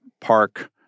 park